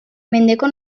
mendeko